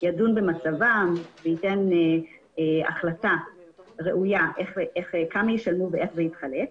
שידון במצבם וייתן החלטה ראויה כמה ישלמו ואיך זה יחולק.